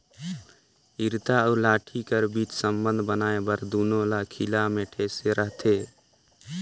इरता अउ लाठी कर बीच संबंध बनाए बर दूनो ल खीला मे ठेसे रहथे